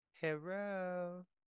Hello